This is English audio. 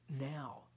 now